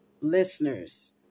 listeners